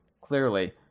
Clearly